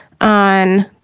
on